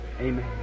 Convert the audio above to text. amen